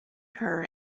her